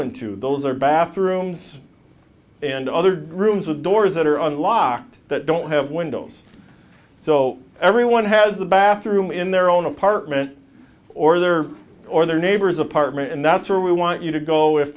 into those are bathrooms and other grooms with doors that are unlocked that don't have windows so everyone has a bathroom in their own apartment or their or their neighbor's apartment and that's where we want you to go if